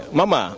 Mama